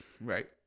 right